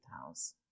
house